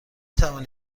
توانید